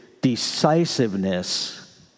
decisiveness